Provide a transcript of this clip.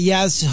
Yes